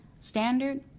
standard